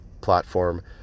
platform